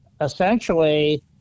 essentially